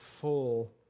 full